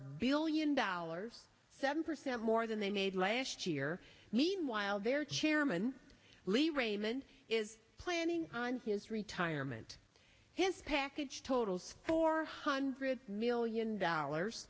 billion dollars seven percent more than they made last year meanwhile their chairman lee raymond is planning his retirement his pack which totals four hundred million dollars